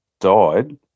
died